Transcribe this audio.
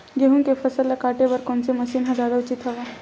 गेहूं के फसल ल काटे बर कोन से मशीन ह जादा उचित हवय?